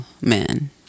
men